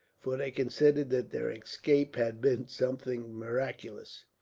for they considered that their escape had been something miraculous.